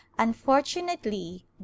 Unfortunately